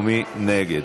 מי נגד?